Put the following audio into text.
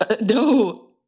No